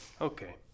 Okay